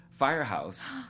Firehouse